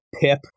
Pip